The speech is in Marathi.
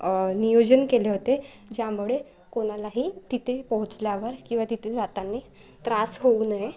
नियोजन केले होते ज्यामुळे कोणालाही तिथे पोचल्यावर किंवा तिथे जाताना त्रास होऊ नये